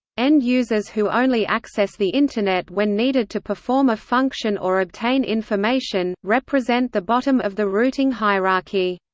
end-users who only access the internet when needed to perform a function or obtain information, represent the bottom of the routing hierarchy.